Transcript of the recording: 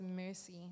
mercy